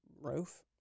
roof